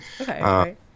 Okay